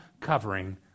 covering